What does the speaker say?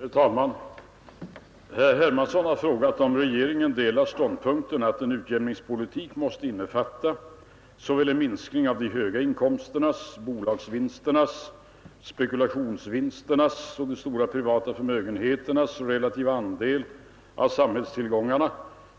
Herr talman! Herr Hermansson i Stockholm har frågat om regeringen delar ståndpunkten att en utjämningspolitik måste innefatta såväl en minskning av de höga inkomsternas, bolagsvinsternas, spekulationsvinsternas och stora privata förmögenheternas relativa andel av samhällstillgångarna